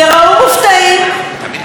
הוא תומך.